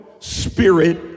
Spirit